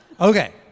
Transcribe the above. Okay